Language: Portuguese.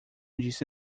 disse